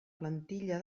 plantilla